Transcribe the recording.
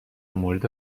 مورد